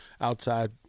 outside